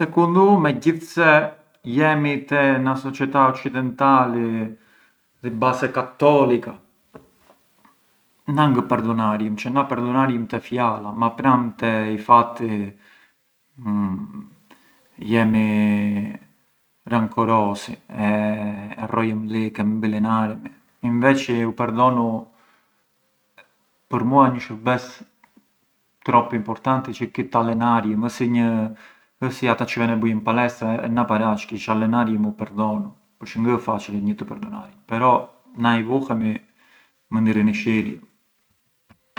Secundu u me gjithë se jemi te na società occidentali, di basi cattolica, na mënd perdunarjëm, cioè na perdonarjëm te fjala ma pran te i fatti jemi rancorosi e e rrojëm lik, nvilinaremi, inveci u perdonu për mua ë një shurbes troppu importanti çë ki’ të allenarjëm si një… ë si ata çë ven e bujën palestra e na paraç kit’ allenarjëm u perdonu, përçë ngë ë façili një të perdhunarënj, però na i vuhemi i rrinishirjëm.